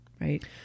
Right